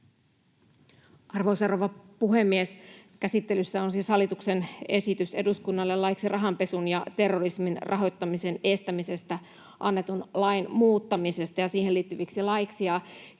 chairman_statement Section: 8 - Hallituksen esitys eduskunnalle laiksi rahanpesun ja terrorismin rahoittamisen estämisestä annetun lain muuttamisesta ja siihen liittyviksi laeiksi